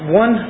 one